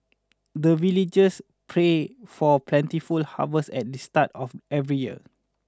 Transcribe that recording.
the villagers pray for plentiful harvest at the start of every year